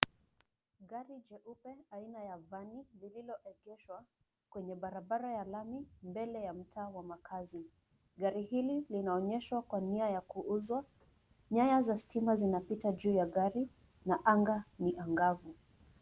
Gari jeupe aina ya vani lililoegeshwa kwenye barabara ya lami mbele ya mtaa wa makazi. Gari hili linaonyeshwa kwa nia ya kuuzwa. Nyaya za stima zinapita juu ya gari, na anga ni angavu.